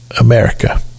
America